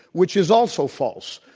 which is also false.